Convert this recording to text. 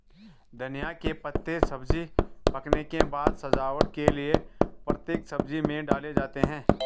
धनिया के पत्ते सब्जी पकने के बाद सजावट के लिए प्रत्येक सब्जी में डाले जाते हैं